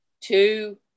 Two